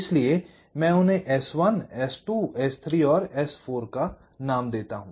इसलिए मैं उन्हें S1 S2 S3 और S4 का नाम देता हूं